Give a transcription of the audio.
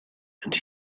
and